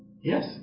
Yes